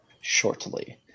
Shortly